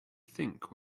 think